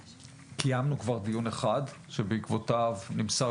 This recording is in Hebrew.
קיימנו כבר דיון אחד שבעקבותיו נמסר